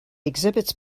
exhibits